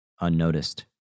unnoticed